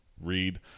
read